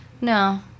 No